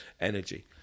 energy